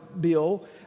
bill